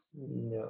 No